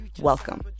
Welcome